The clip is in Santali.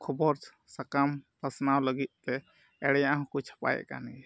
ᱠᱷᱚᱵᱚᱨ ᱥᱟᱠᱟᱢ ᱯᱟᱥᱱᱟᱣ ᱞᱟᱹᱜᱤᱫᱛᱮ ᱮᱲᱮᱭᱟᱜ ᱦᱚᱸᱠᱚ ᱪᱷᱟᱯᱟᱭᱮᱫ ᱠᱟᱱ ᱜᱮᱭᱟ